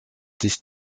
dich